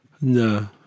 No